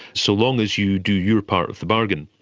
so long as you do your part of the bargain.